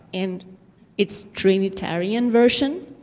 in its trinitarian version